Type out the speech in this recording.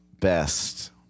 best